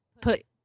put